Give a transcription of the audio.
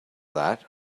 that